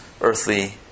earthly